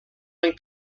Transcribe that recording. han